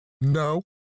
No